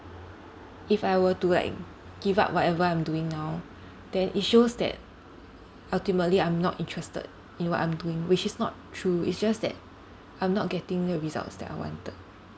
if I were to like give up whatever I'm doing now then it shows that ultimately I'm not interested in what I'm doing which is not true it's just that I'm not getting the results that I wanted